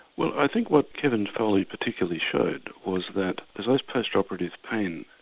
well i think what kevin foley particularly showed was that there's less post operative pain,